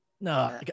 No